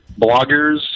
bloggers